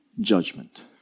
judgment